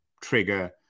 trigger